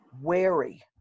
wary